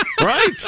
Right